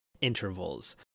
intervals